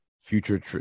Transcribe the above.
future